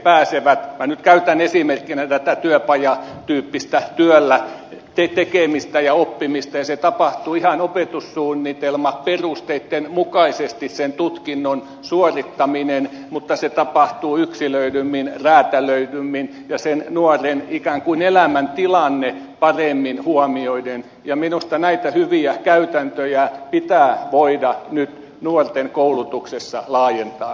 minä nyt käytän esimerkkinä tätä työpajatyyppistä työllä tekemistä ja oppimista ja sen tapahtuu ihan opetussuunnitelmaperusteitten mukaisesti sen tutkinnon suorittaminen mutta se tapahtuu yksilöidymmin räätälöidymmin ja sen nuoren ikään kuin elämäntilanne paremmin huomioiden ja minusta näitä hyviä käytäntöjä pitää voida nyt nuorten koulutuksessa laajentaa